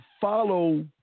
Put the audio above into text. follow